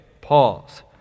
pause